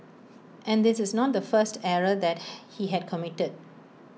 and this is not the first error that he had committed